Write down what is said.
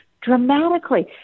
dramatically